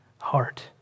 heart